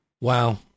Wow